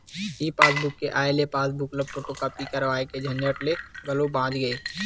ई passbook के आए ले पासबूक ल फोटूकापी कराए के झंझट ले घलो बाच गे